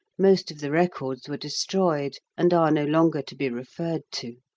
most of the records were destroyed, and are no longer to be referred to.